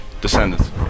Descendants